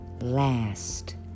last